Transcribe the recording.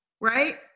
right